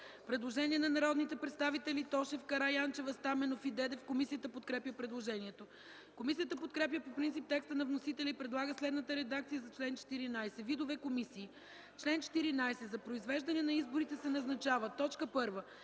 Предложение на народните представители Тошев, Караянчева, Стаменов и Дедев. Комисията подкрепя предложението. Комисията подкрепя по принцип текста на вносителите и предлага следната редакция за чл. 14. „Видове комисии Чл. 14. За произвеждане на изборите се назначават: 1.